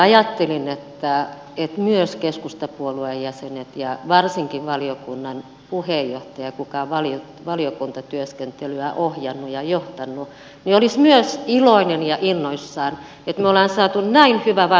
ajattelin että myös keskustapuolueen jäsenet ja varsinkin valiokunnan puheenjohtaja kuka on valiokuntatyöskentelyä ohjannut ja johtanut olisi myös iloinen ja innoissaan että me olemme saaneet näin hyvän vanhuspalvelulain